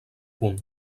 punt